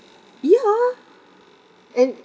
ya and